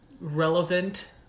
relevant